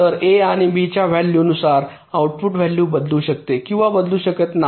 तर ए आणि बी च्या व्हॅल्यू नुसार आउटपुट व्हॅल्यू बदलू शकते किंवा बदलू शकत नाही